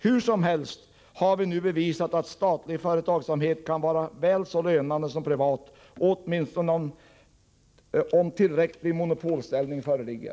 —- Huru som helst, tillägger hr dir. R., ha vi nu bevisat, att statlig företagsamhet kan vara väl så lönsam som privat, åtm. om tillräcklig monopolställning föreligger.”